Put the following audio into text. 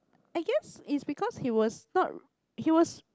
I guess is because he was not he was